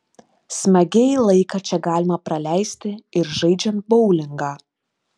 smagiai laiką čia galima praleisti ir žaidžiant boulingą